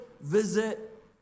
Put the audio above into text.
visit